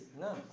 No